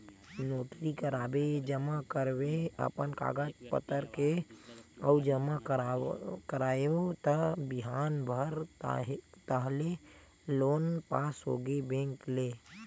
notary कराके जमा करेंव अपन कागज पतर के अउ जमा कराएव त बिहान भर ताहले लोन पास होगे बेंक ले